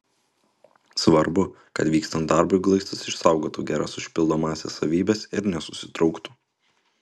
svarbu kad vykstant darbui glaistas išsaugotų geras užpildomąsias savybes ir nesusitrauktų